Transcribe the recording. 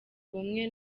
bumwe